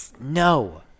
no